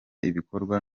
ibikorwa